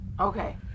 Okay